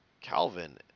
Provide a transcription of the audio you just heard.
Calvin